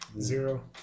Zero